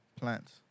plants